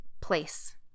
place